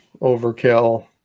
overkill